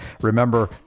Remember